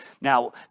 now